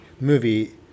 movie –